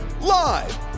Live